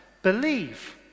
believe